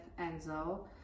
enzo